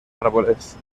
árboles